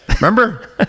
Remember